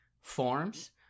forms